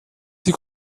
die